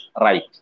right